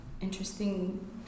interesting